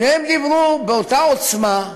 שניהם דיברו באותה עוצמה,